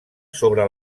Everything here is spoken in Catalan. sobre